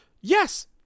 Yes